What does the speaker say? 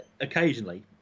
occasionally